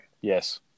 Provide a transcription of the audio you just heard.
Yes